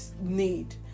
need